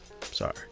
Sorry